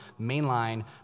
mainline